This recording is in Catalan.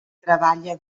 treballa